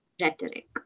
rhetoric